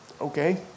Okay